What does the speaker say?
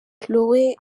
khloe